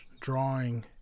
drawing